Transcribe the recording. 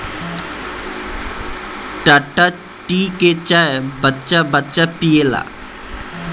Tata tea के चाय बच्चा बच्चा पियेला